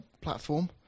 platform